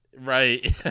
Right